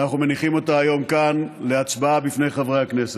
ואנחנו מניחים אותה היום כאן להצבעה לפני חברי הכנסת.